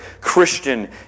Christian